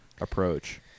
approach